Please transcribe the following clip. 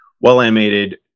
well-animated